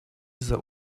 лиза